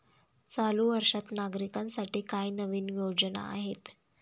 चालू वर्षात नागरिकांसाठी काय नवीन योजना आहेत?